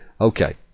Okay